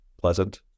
pleasant